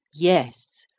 yes,